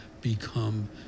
become